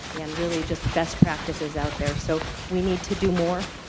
and really just best practices out there. so we need to do more.